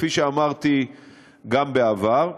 כפי שאמרתי גם בעבר,